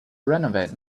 renovate